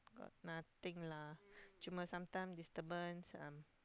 got nothing lah cuma sometime disturbance um